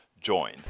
join